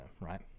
right